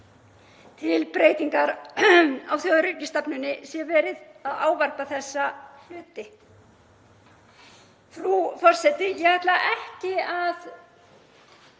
til breytingar á þjóðaröryggisstefnunni sé verið að ávarpa þessa hluti. Frú forseti. Ég ætla ekki að